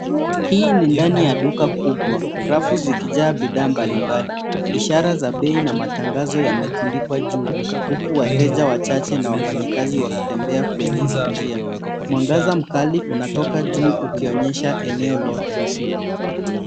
Hii ni ndani ya duka kubwa, rafu zikijaa bidhaa mbalimbali, ishara za bei na matangazo yametundikwa juu huku wateja wachache na wafanyikazi wakitembea kwenye njia. Mwangaza mkali unatoka juu ukionyesha eneo lote.